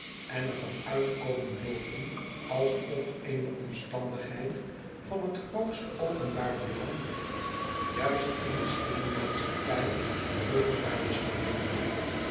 en er van uit komen loopen alsof eene omstandigheid van het grootste openbaar belang juist in de spinnen maatschappij ruchtbaar was geworden